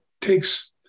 takes